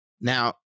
Now